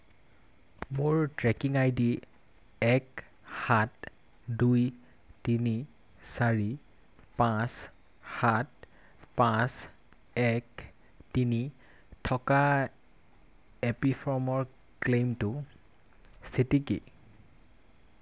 মোৰ tracking I D এক সাত দুই তিনি চাৰি পাঁচ সাত পাঁচ এক তিনি থকা এ পি ফ্ৰমৰ ক্লেইমটো স্থিতি কি